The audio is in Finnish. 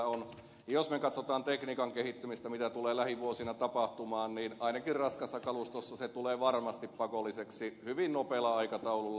ja jos me katsomme tekniikan kehittymistä mitä tulee lähivuosina tapahtumaan niin ainakin raskaassa kalustossa se tulee varmasti pakolliseksi hyvin nopealla aikataululla